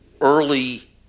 early